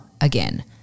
again